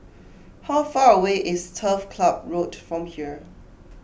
how far away is Turf Club Road from here